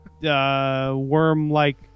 worm-like